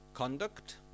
conduct